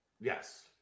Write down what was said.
Yes